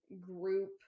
group